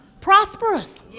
Prosperous